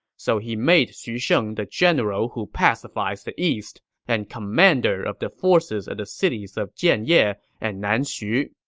so he made xu sheng the general who pacifies the east and commander of the forces at the cities of jianye and nanxu.